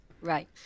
Right